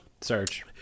search